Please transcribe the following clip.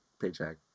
paycheck